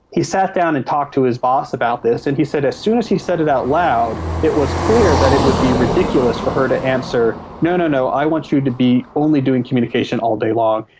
he sat down and talked to his boss about this, and he said as soon as he said it out loud it was clear that it would be ridiculous for her to answer no, no, i want you to be only doing communication all day long.